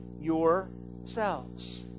yourselves